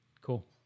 Cool